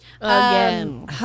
Again